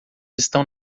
estão